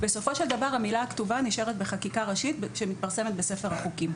בסופו של דבר המילה הכתובה נשארת בחקיקה ראשית שמתפרסמת בספר החוקים.